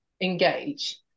engage